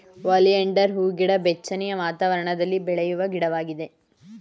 oleander ಹೂಗಿಡ ಬೆಚ್ಚನೆಯ ವಾತಾವರಣದಲ್ಲಿ ಬೆಳೆಯುವ ಗಿಡವಾಗಿದೆ